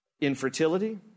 infertility